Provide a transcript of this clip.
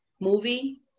movie